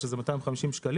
שזה 250 שקלים,